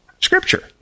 scripture